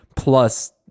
Plus